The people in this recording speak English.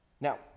Now